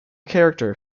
character